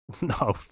No